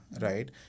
right